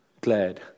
glad